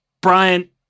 Brian